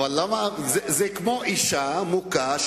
זה כמו אשה מוכה,